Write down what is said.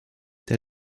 der